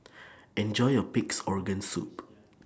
Enjoy your Pig'S Organ Soup